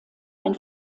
ein